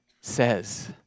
says